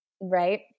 right